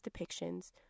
depictions